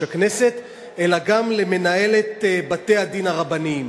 הכנסת אלא גם למנהלת בתי-הדין הרבניים.